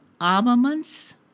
armaments